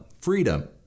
freedom